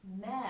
met